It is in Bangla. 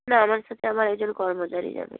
না আমার সাথে আমার একজন কর্মচারী যাবে